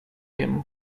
wiem